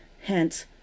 Hence